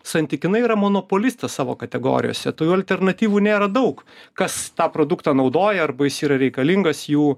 santykinai yra monopolistas savo kategorijose tų alternatyvų nėra daug kas tą produktą naudoja arba jis yra reikalingas jų